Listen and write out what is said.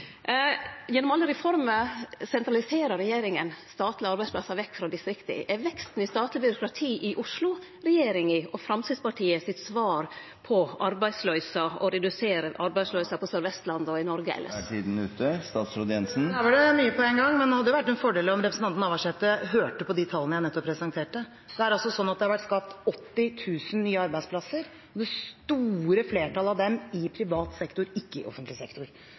Gjennom alle reformer sentraliserer regjeringa statlege arbeidsplassar vekk frå distrikta. Er veksten i statleg byråkrati i Oslo regjeringa og Framstegspartiets svar på arbeidsløyse, på å redusere arbeidsløysa på Sør-Vestlandet og i Noreg elles? Her var det mye på en gang, men det hadde vært en fordel om representanten Navarsete hørte på de tallene jeg nettopp presenterte. Det har altså vært skapt 80 000 nye arbeidsplasser – det store flertallet av dem i privat sektor, ikke i offentlig